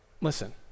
Listen